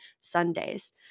Sundays